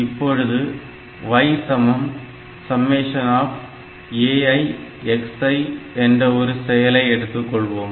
இப்பொழுது y ∑aixi என்ற ஒரு செயலை எடுத்துக்கொள்வோம்